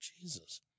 Jesus